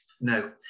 No